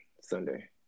Sunday